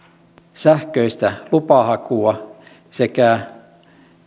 sähköistä lupahakua sekä